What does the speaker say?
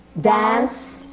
dance